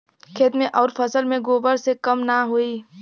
खेत मे अउर फसल मे गोबर से कम ना होई?